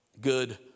Good